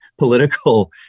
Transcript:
political